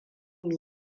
mu